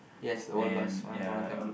yes the old bus one point of time